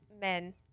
men